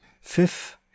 Fifth